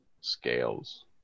scales